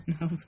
no